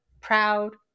proud